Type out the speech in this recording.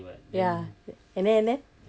ya and then and then